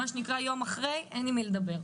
ביום אחרי אין עם מי לדבר.